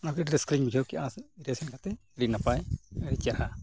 ᱟᱹᱰᱤ ᱨᱟᱹᱥᱠᱟᱹᱧ ᱵᱩᱡᱷᱟᱹᱣ ᱠᱮᱜᱼᱟ ᱨᱟᱹᱥ ᱞᱮᱠᱟᱛᱮ ᱟᱹᱰᱤ ᱱᱟᱯᱟᱭ ᱟᱹᱰᱤ ᱪᱮᱦᱨᱟ